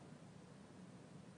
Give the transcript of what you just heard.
להסמיך גם את בקרי הגבול.